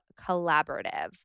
Collaborative